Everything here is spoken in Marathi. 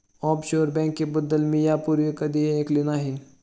ऑफशोअर बँकेबद्दल मी यापूर्वी कधीही ऐकले नाही